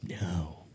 No